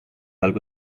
algo